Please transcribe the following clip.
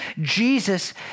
Jesus